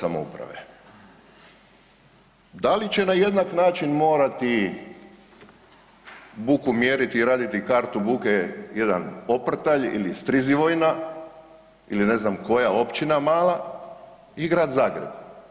Da li će na jednak način morati buku mjeriti i raditi kartu buke jedan Oprtalj ili Strizivojna ili ne znam koja općina mala i Grad Zagreb?